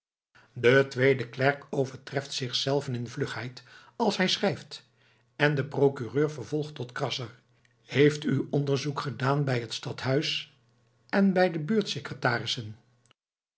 de tweede klerk overtreft zichzelven in vlugheid als hij schrijft en de procureur vervolgt tot krasser heeft u onderzoek gedaan aan het stadhuis en bij de buurtsecretarissen